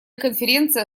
конференция